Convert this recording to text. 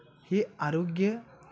हे आरोग्य